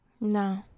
no